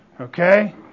Okay